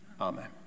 Amen